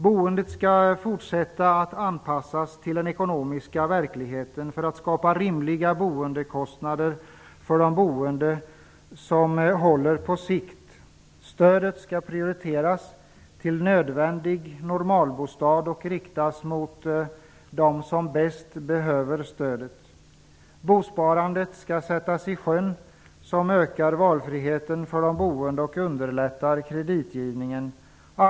Vi skall fortsätta att anpassa boendet till den ekonomiska verkligheten, för att skapa rimliga boendekostnader för de boende som håller på sikt, och stödet skall prioriteras till nödvändig normalbostad och riktas till dem som bäst behöver stödet. Ett bosparande som ökar valfriheten för de boende och underlättar kreditgivningen skall sättas i sjön.